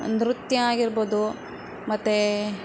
ನೃತ್ಯ ಆಗಿರ್ಬೋದು ಮತ್ತು